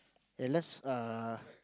ya let's err